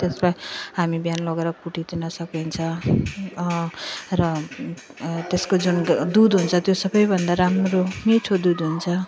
त्यसलाई हामी बिहान लगेर कुटी दिन सकिन्छ र त्यसको जुन दुध हुन्छ त्यो सबभन्दा राम्रो मिठो दुध हुन्छ